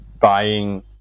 buying